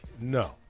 no